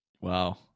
wow